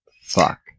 fuck